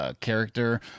character